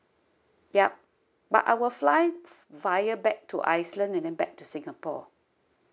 yup but I will fly via back to iceland and then back to singapore